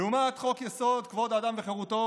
לעומת חוק-יסוד: כבוד האדם וחירותו,